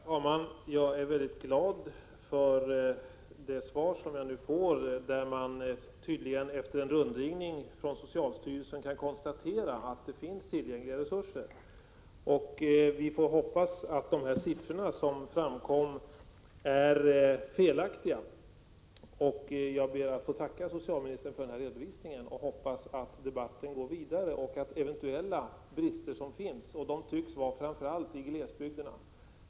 Herr talman! Jag är väldigt glad över det svar som jag nu får. Socialstyrelsen kan tydligen efter en rundringning konstatera att tillräckliga resurser finns. Vi får hoppas att de siffror som har framkommit vid symposiet är felaktiga. Jag ber att få tacka socialministern för den här redovisningen och hoppas att debatten går vidare och att eventuella brister som finns kan avhjälpas. Det tycks gälla framför allt glesbygderna.